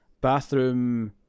Bathroom